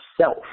self